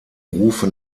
rufe